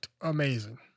amazing